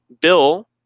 Bill